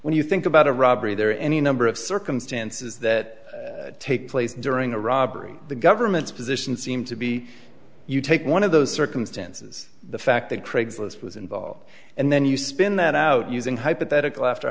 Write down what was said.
when you think about a robbery there are any number of circumstances that take place during a robbery the government's position seem to be you take one of those circumstances the fact that craigslist was involved and then you spin that out using hypothetical after